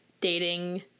dating